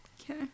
okay